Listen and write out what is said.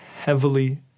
heavily